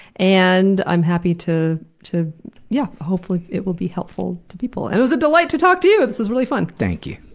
and i'm happy to, yeah, hopefully it will be helpful to people. and it was a delight to talk to you! this was really fun. thank you.